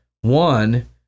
one